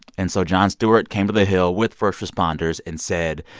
and so jon stewart came to the hill with first responders and said,